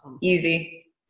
easy